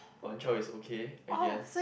one child is okay I guess